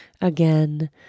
again